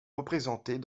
représentés